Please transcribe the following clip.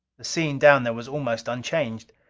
the scene down there was almost unchanged.